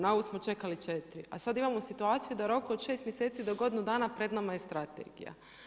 Na ovu smo čekali 4, a sad imamo situaciju da u roku od 6 mjeseci do godinu dana pred nama je strategija.